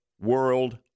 World